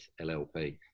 LLP